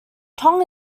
tong